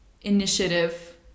initiative